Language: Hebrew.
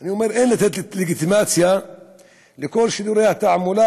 אני אומר: אין לתת לגיטימציה לכל שידורי התעמולה